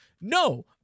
No